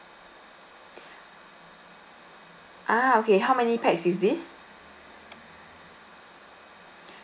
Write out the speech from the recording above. ah okay how many pax is this